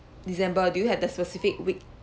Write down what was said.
december do you have the specific week